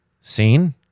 seen